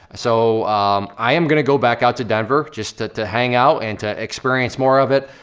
so i am gonna go back out to denver, just to to hang out, and to experience more of it.